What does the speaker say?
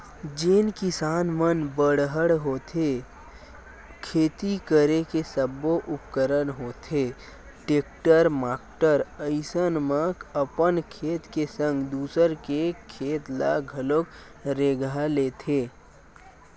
जेन किसान मन बड़हर होथे खेती करे के सब्बो उपकरन होथे टेक्टर माक्टर अइसन म अपन खेत के संग दूसर के खेत ल घलोक रेगहा लेथे